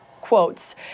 quotes